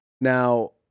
Now